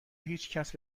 هیچکس